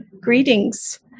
Greetings